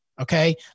Okay